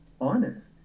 honest